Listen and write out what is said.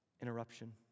interruption